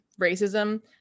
racism